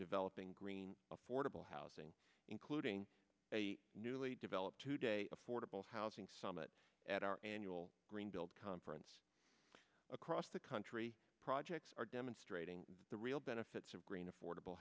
developing green affordable housing including a newly developed today affordable housing summit at our annual greenbelt conference across the country projects are demonstrating the real benefits of green affordable